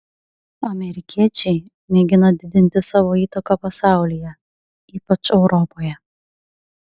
amerikiečiai mėgina didinti savo įtaką pasaulyje ypač europoje